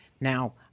Now